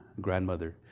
grandmother